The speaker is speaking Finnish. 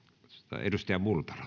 arvoisa